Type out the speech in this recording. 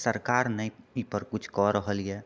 सरकार नहि एहिपर किछु कए रहल यऽ